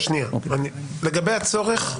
לגבי הצורך,